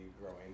growing